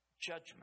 judgment